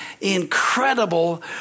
incredible